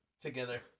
together